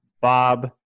Bob